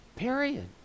Period